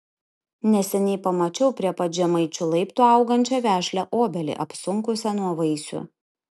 neseniai pamačiau prie pat žemaičių laiptų augančią vešlią obelį apsunkusią nuo vaisių